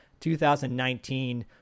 2019